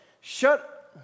Shut